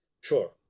Sure